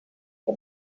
que